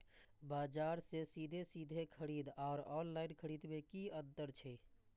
बजार से सीधे सीधे खरीद आर ऑनलाइन खरीद में की अंतर छै?